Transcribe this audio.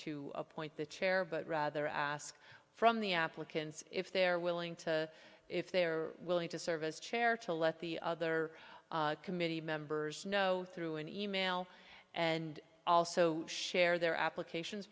to appoint the chair but rather ask from the applicants if they're willing to if they are willing to serve as chair to let the other committee members know through an e mail and also share their applications